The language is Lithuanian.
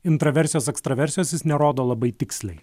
intraversijos ekstraversijos jis nerodo labai tiksliai